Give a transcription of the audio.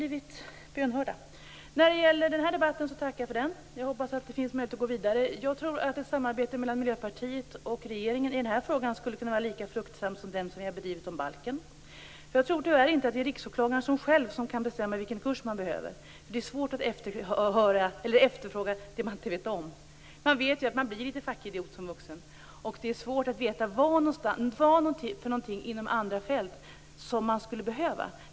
I fråga om detta har vi alltså blivit bönhörda. Jag tackar för den här debatten. Jag hoppas att det finns möjlighet att gå vidare. Jag tror att ett samarbete mellan Miljöpartiet och regeringen i denna fråga skulle kunna vara lika fruktsamt som det samarbete som vi har bedrivit om balken. Jag tror tyvärr inte att Riksåklagaren själv kan bestämma vilken kurs man behöver. Det är svårt att efterfråga det som man inte vet om. Man vet att man blir litet fackidiot som vuxen. Det är svårt att veta vad inom andra fält som man skulle behöva kunskaper i.